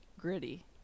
gritty